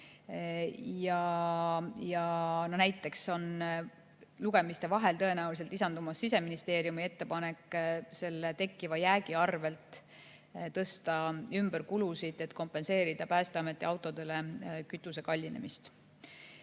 Näiteks on lugemiste vahel tõenäoliselt lisandumas Siseministeeriumi ettepanek tekkiva jäägi arvel tõsta ümber kulusid, et kompenseerida Päästeameti autode kütuse kallinemist.